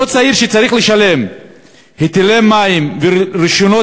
אותו צעיר שצריך לשלם היטלי מים ורישיונות